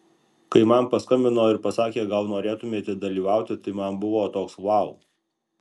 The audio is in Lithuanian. kai man paskambino ir pasakė gal norėtumėte dalyvauti tai man buvo toks vau